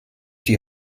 die